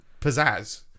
pizzazz